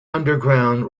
underground